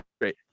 great